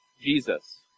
Jesus